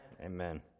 Amen